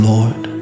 Lord